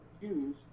use